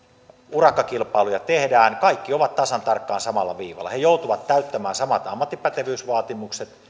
urakkakilpailuja tehdään kaikki ovat tasan tarkkaan samalla viivalla he joutuvat täyttämään samat ammattipätevyysvaatimukset